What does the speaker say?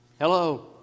Hello